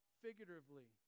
figuratively